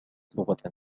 لغة